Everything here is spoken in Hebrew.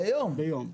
ביום.